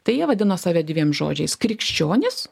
tai jie vadino save dviem žodžiais krikščionys